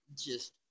just-